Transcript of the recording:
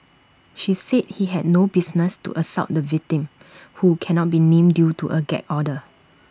she said he had no business to assault the victim who cannot be named due to A gag order